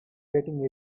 getting